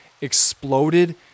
exploded